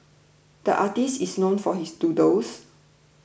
the artist is known for his doodles